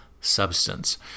substance